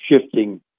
shifting